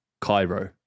Cairo